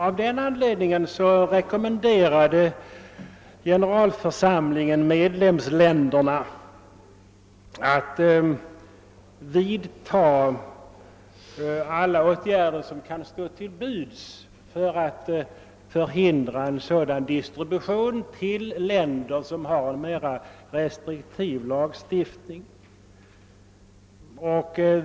Av den anledningen rekommenderade generalförsamlingen medlemsländerna att vidta alla åtgärder som kan stå till buds för att förhindra en sådan distribution till länder som har en mera restriktiv lagstiftning.